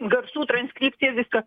garsų transkripciją viskas